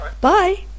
Bye